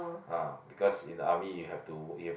ah because in the army you have to you